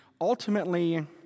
ultimately